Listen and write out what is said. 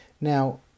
Now